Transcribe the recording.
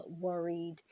worried